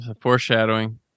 foreshadowing